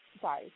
Sorry